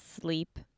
sleep